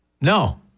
No